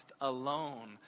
alone